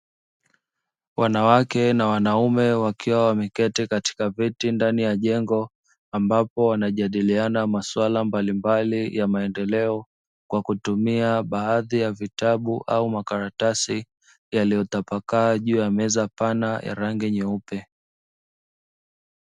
Wanawake na wanaume wakiwa wameketi katika vyeti ndani ya jengo ambapo wanajadiliana masuala mbalimbali ya maendeleo kwa kutumia baadhi ya vitabu au makaratasi yaliyotapakaa juu ya meza pana ya rangi nyeupe.